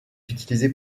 utilisée